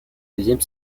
deuxième